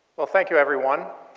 thank you, everyone.